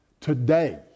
today